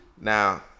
Now